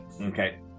okay